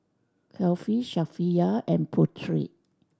Kefli Safiya and Putri